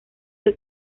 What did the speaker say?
que